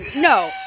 No